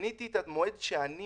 אתם